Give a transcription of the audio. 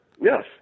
yes